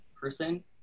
person